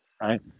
right